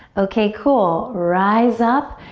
okay, cool. rise up,